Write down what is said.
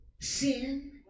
sin